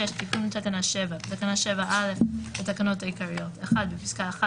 תיקון תקנה 7 בתקנה7(א) לתקנות העיקריות (1) בפסקה (1),